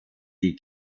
die